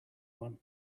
one